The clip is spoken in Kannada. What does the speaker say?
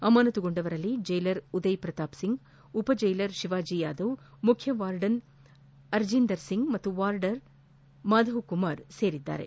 ಅಮಾನತ್ತುಗೊಂಡವರಲ್ಲಿ ಜೈಲರ್ ಉದಯ್ ಪ್ರತಾಪ್ಸಿಂಗ್ ಉಪ ಜೈಲರ್ ಶಿವಾಜಿ ಯಾದವ್ ಮುಖ್ಯ ವಾರ್ಡರ್ ಅರ್ಜಿಂದರ್ ಸಿಂಗ್ ಹಾಗೂ ವಾರ್ಡರ್ ಮಾದವಕುಮಾರ್ ಸೇರಿದ್ದಾರೆ